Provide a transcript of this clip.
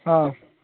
હા